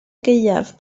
gaeaf